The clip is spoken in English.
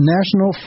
National